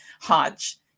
Hodge